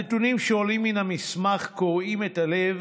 הנתונים שעולים מן המסמך קורעים את הלב,